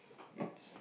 it's